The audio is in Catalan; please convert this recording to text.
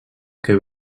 que